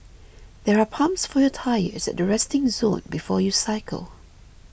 there are pumps for your tyres at the resting zone before you cycle